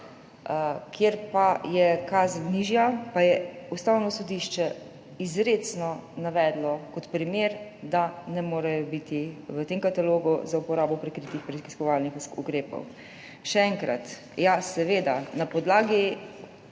Kjer je kazen nižja, pa je Ustavno sodišče izrecno navedlo kot primer, da ne morejo biti v tem katalogu za uporabo prikritih preiskovalnih ukrepov. Še enkrat. Ja, seveda, na podlagi